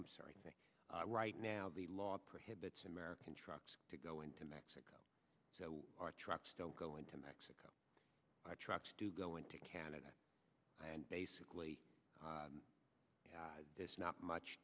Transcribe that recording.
i'm sorry right now the law prohibits american trucks to go into mexico so our trucks don't go into mexico our trucks do go into canada and basically there's not much